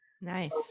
Nice